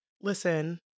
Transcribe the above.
Listen